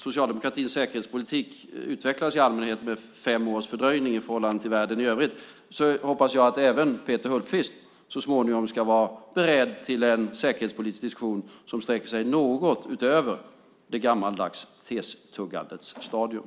Socialdemokratins säkerhetspolitik utvecklas i allmänhet med fem års fördröjning i förhållande till världen i övrigt men jag hoppas att även Peter Hultqvist så småningom ska vara beredd till en säkerhetspolitisk diskussion som sträcker sig något utöver det gammaldags testuggandets stadium.